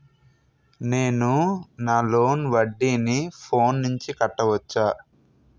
నేను నా లోన్ వడ్డీని ఫోన్ నుంచి కట్టవచ్చా?